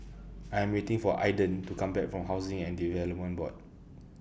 I Am waiting For Aiden to Come Back from Housing and Development Board